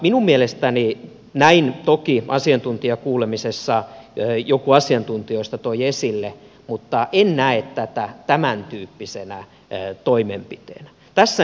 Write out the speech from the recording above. minun mielestäni näin toki asiantuntijakuulemisessa joku asiantuntijoista toi tämän esille mutta en näe tätä tämäntyyppisenä toimenpiteenä